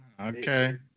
Okay